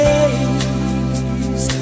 Days